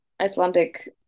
icelandic